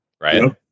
Right